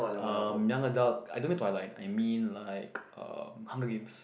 um young adult I don't mean twilight I mean like um hunger games